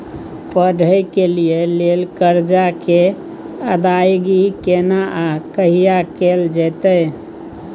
पढै के लिए लेल कर्जा के अदायगी केना आ कहिया कैल जेतै?